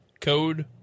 code